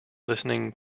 listening